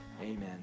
amen